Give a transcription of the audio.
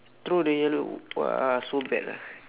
throw the yellow !wah! so bad ah